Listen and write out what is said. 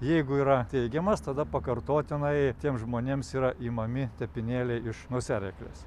jeigu yra teigiamas tada pakartotinai tiems žmonėms yra imami tepinėliai iš nosiaryklės